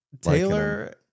Taylor